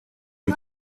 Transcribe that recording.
une